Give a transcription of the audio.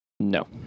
No